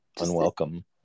Unwelcome